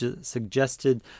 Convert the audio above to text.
suggested